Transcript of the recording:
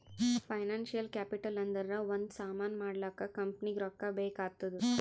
financial capital ಅಂದುರ್ ಒಂದ್ ಸಾಮಾನ್ ಮಾಡ್ಲಾಕ ಕಂಪನಿಗ್ ರೊಕ್ಕಾ ಬೇಕ್ ಆತ್ತುದ್